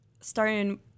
starting